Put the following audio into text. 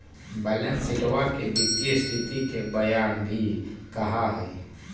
balance शीटवा के वित्तीय स्तिथि के बयान भी कहा हई